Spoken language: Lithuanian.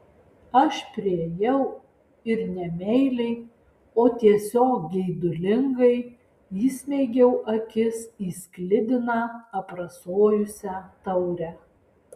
aš priėjau ir ne meiliai o tiesiog geidulingai įsmeigiau akis į sklidiną aprasojusią taurę